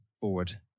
forward